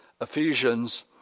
Ephesians